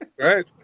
right